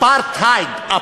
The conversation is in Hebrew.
אפרט-הייד.